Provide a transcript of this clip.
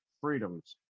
freedoms